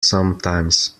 sometimes